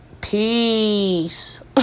Peace